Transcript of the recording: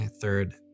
third